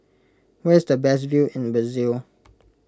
where is the best view in Brazil